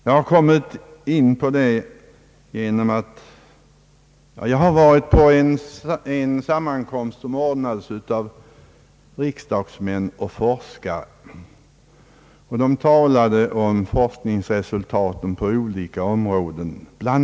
Jag har varit på en sammankomst, som ordnades av Föreningen riksdagsmän och forskare. Där talades om forskningsresultaten på olika områden. Bl.